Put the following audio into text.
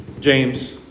James